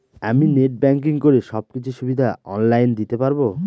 আমি net banking করে সব কিছু সুবিধা অন লাইন দিতে পারবো?